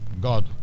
God